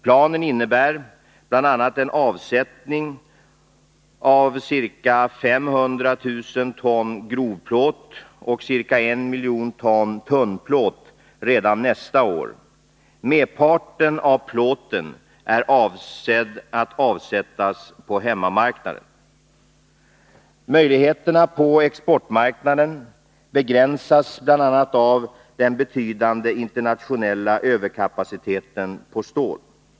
Planen innebär bl.a. en avsättning av ca 500 000 ton grovplåt och ca 1000 000 ton tunnplåt redan nästa år. Merparten av plåten är avsedd att avsättas på hemmamarknaden. Möjligheterna på exportmarknaden begränsas bl.a. av den betydande internationella överkapaciteten på stål.